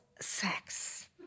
sex